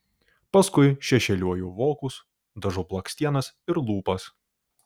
paskui šešėliuoju vokus dažau blakstienas ir lūpas